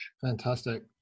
Fantastic